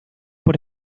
por